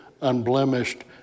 unblemished